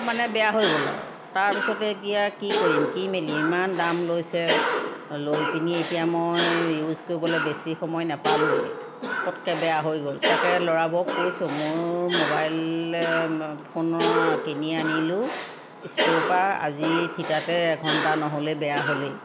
মানে বেয়া হৈ গ'ল আৰু তাৰপিছতে এতিয়া কি কৰিম কি মেলিম ইমান দাম লৈছে লৈ পিনি এতিয়া মই ইউজ কৰিবলৈ বেছি সময় নাপালোঁৱে পটকৈ বেয়া হৈ গ'ল তাকে ল'ৰাবোৰক কৈছোঁ মোৰ ম'বাইল ফোনৰ কিনি আনিলোঁ ষ্টৰৰ পৰা আজি থিতাতে এঘণ্টা নহ'লেই বেয়া হ'লেই